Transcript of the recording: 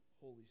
holy